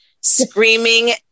Screaming